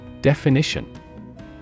Definition